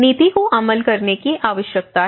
नीति को अमल करने की आवश्यकता है